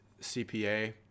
CPA